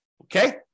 Okay